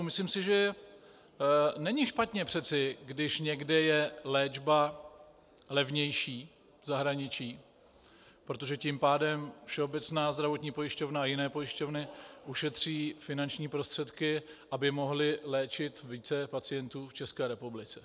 Myslím si, že není přece špatně, když někde je léčba levnější v zahraničí, protože tím pádem Všeobecná zdravotní pojišťovna a jiné pojišťovny ušetří finanční prostředky, aby mohly léčit více pacientů v České republice.